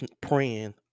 praying